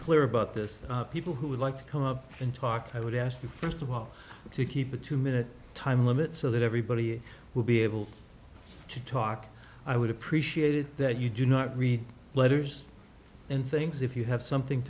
clear about this people who would like to come up and talk i would ask you first of all to keep the two minute time limit so that everybody will be able to talk i would appreciate it that you do not read letters and things if you have something